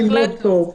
בהחלט לא,